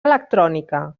electrònica